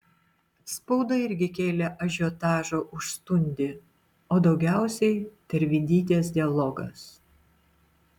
spauda irgi kėlė ažiotažą už stundį o daugiausiai tervidytės dialogas